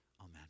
Amen